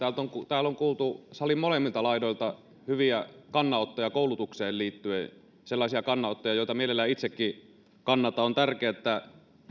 täällä on kuultu salin molemmilta laidoilta hyviä kannanottoja koulutukseen liittyen sellaisia kannanottoja joita mielellään itsekin kannatan on tärkeää että